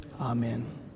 Amen